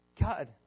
God